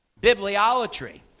bibliolatry